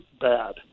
bad